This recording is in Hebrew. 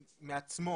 מעצמו.